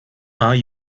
are